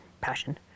passion